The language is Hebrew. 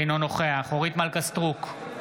אינו נוכח אורית מלכה סטרוק,